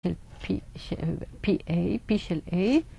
P של PA, PA.